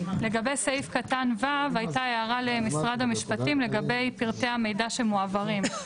לגבי סעיף קטן (ו) הייתה הערה למשרד המשפטים לגבי פרטי המידע שמועברים.